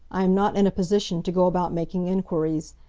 i am not in a position to go about making enquiries.